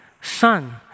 son